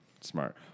Smart